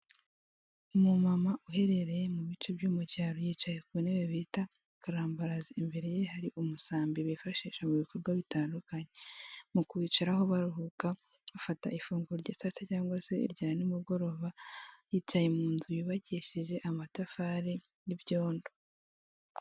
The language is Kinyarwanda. Umumama uherereye mu bice byo mu cyaro yicaye ku ntebe bita karambarazi imbere ye hari umusambi bifashisha mu bikorwa bitandukanye mu kuwicaraho baruhuka bafata ifunguro rya saa sita cyangwa se irya nimugoroba yicaye mu nzu yubakishije amatafari n'ibyondo.